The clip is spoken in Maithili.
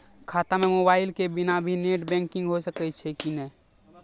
खाता म मोबाइल के बिना भी नेट बैंकिग होय सकैय छै कि नै?